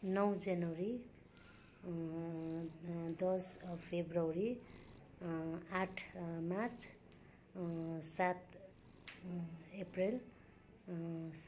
नौ जेनवरी दस फेब्रुआरी आठ मार्च सात एप्रिल